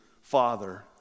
father